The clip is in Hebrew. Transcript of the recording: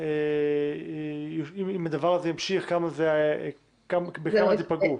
אם הדבר הזה ימשיך בכמה תיפגעו?